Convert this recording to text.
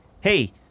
hey